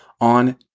on